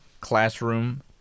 Classroom